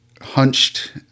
hunched